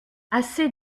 assez